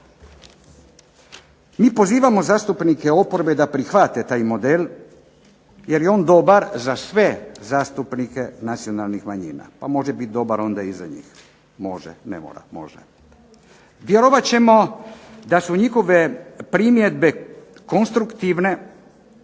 Mi pozivamo zastupnike oporbe da prihvate taj model jer je on dobar za sve zastupnike nacionalnih manjina, pa može biti dobar i onda za njih, može, ne moram, može. Vjerovat ćemo da su njihove primjedbe konstruktivne